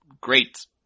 great